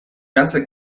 ganzer